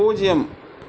பூஜ்யம்